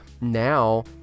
now